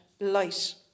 light